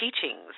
teachings